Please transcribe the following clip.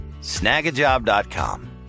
Snagajob.com